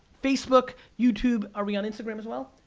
facebook, youtube. are we on instagram as well?